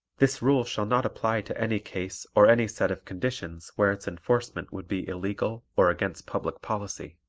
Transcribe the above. this rule shall not apply to any case or any set of conditions where its enforcement would be illegal or against public policy.